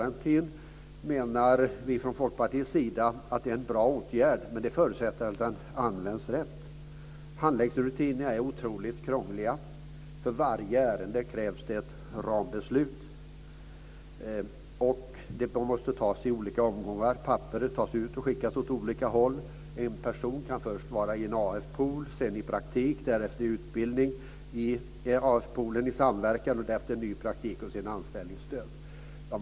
Vi menar från Folkpartiets sida att aktivitetsgarantin är en bra åtgärd, men förutsättningen är att den används rätt. Handläggningsrutinerna är oerhört krångliga. För varje ärende krävs det ett rambeslut, som fattas i olika omgångar. Papper tas ut och skickas åt olika håll. En person kan först vara i af-pool, sedan i praktik, därefter i utbildning, därpå i af-pool i samverkan och därnäst i ny praktik, för att slutligen få anställningsstöd.